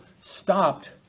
stopped